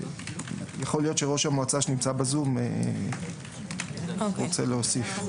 יכול להיות שראש המועצה, שנמצא בזום, רוצה להוסיף.